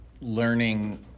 learning